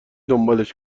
دنبالش